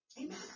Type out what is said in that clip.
Amen